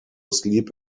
sleep